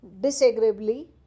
disagreeably